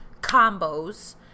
combos